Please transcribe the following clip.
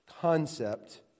concept